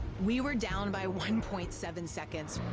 we were down by one point seven seconds.